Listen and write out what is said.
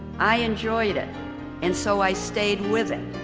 i enjoyed it and so i stayed with it,